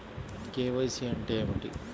KYC అంటే ఏమి?